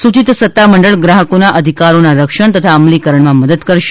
સૂચિત સત્તામંડળ ગ્રાહકોના અધિકારોના રક્ષણ તથા અમલીકરણમાં મદદ કરશે